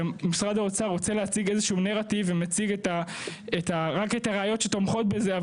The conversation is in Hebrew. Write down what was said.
משרד האוצר רוצה להציג איזשהו נרטיב ומציג רק את הראיות שתומכות בזה,